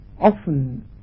often